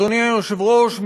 אדוני היושב-ראש,